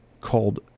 called